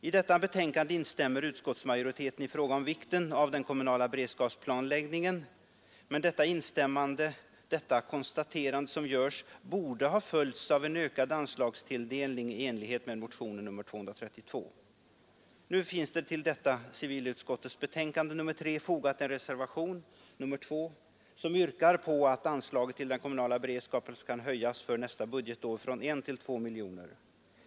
I sitt betänkande instämmer utskottsmajoriteten i vad vi motionärer uttalat om vikten av den kommunala beredskapsplanläggningen, men detta instämmande, detta konstaterande borde ha följts av en ökad anslagstilldelning i enlighet med förslaget i vår motion nr 232. Nu finns det vid punkten 8 i civilutskottets betänkande en reservation — nr 2 — vari yrkas på att anslaget till den kommunala beredskapen skall höjas för nästa budgetår från 1 till 2 miljoner.